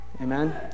amen